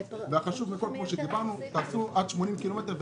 והחשוב מכול, כפי שדיברנו, תעשו עד 80 קילומטר.